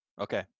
Okay